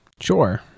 sure